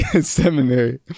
seminary